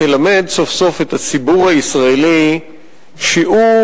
תלמד סוף-סוף את הציבור הישראלי שיעור